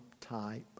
type